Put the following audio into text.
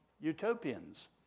utopians